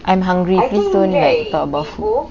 I am hungry please don't like talk about food